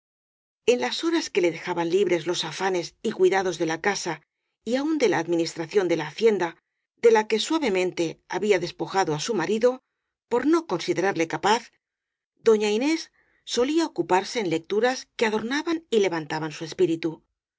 en las horas que le dejaban libres los afanes y cuidados de la casa y aun de la administración de la hacienda de la que suavemente había despojado á su marido por no considerarle capaz doña inés solía ocuparse en lecturas que adornaban y levan taban su espíritu